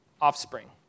offspring